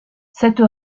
cette